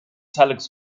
telex